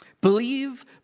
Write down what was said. Believe